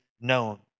known